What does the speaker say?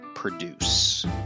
produce